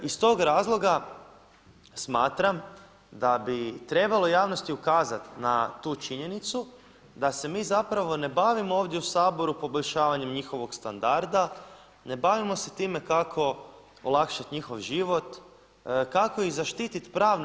Iz tog razloga smatram da bi trebalo javnosti ukazati na tu činjenicu da se mi zapravo ne bavimo ovdje u Saboru poboljšavanjem njihovog standarda, ne bavimo se time kako olakšati njihov život, kako ih zaštititi pravno.